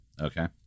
Okay